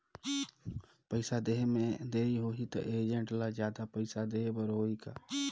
पइसा देहे मे देरी होही तो एजेंट ला जादा पइसा देही बर होही का?